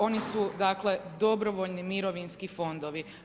Oni su dakle, dobrovoljni mirovinski fondovi.